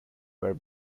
were